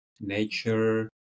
nature